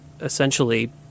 essentially